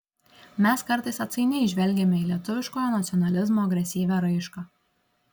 mes kartais atsainiai žvelgiame į lietuviškojo nacionalizmo agresyvią raišką